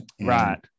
right